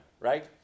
Right